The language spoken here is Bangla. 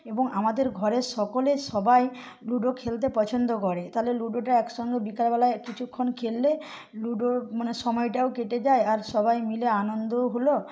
এবং আমাদের ঘরের সকলে সবাই লুডো খেলতে পছন্দ করে তাহলে লুডোটা একসঙ্গে বিকালবেলায় কিছুক্ষণ খেললে লুডোর মানে সময়টাও কেটে যায় আর সবাই মিলে আনন্দও হল